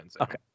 Okay